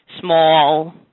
small